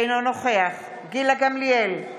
אינו נוכח גילה גמליאל,